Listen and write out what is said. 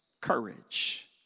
courage